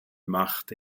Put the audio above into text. machte